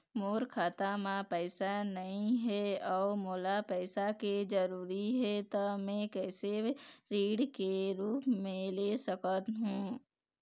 मोर bank म खाता नई हे अउ मोला पैसा के जरूरी हे त मे कैसे पैसा ऋण के रूप म ले सकत हो?